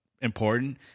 Important